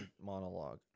monologue